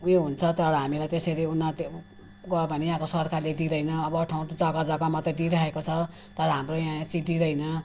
उयो हुन्छ तर हामीलाई त्यसरी उन्नति गर्यो भने यहाँ सरकारले दिँदैन अब अरू ठाउँ त जगा जगा मात्रै दिइराखेको छ तर हाम्रो यहाँ चाहिँ दिँदैन